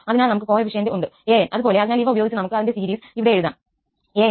അതിനാൽ നമുക്ക് കോഎഫിന്റ് ഉണ്ട് an അതുപോലെ അതിനാൽ ഇവ ഉപയോഗിച്ച് നമുക്ക് അതിന്റെ സീരീസ് ഇവിടെ എഴുതാം a𝑛′𝑠